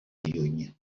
lluny